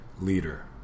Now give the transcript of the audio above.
leader